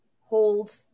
hold